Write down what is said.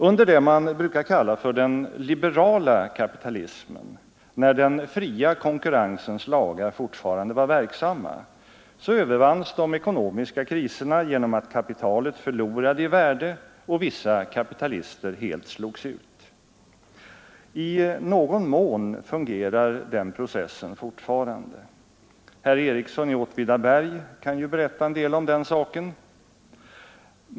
Under det man brukar kalla för den liberala kapitalismen, när den fria övervanns de ekono konkurrensens lagar fortfarande var verksamma miska kriserna genom att kapitalet förlorade i värde och vissa kapitalister helt slogs ut. I någon mån fungerar den processen fortfarande. Herr Ericsson i Åtvidaberg kan ju berätta en del om den saken.